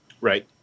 Right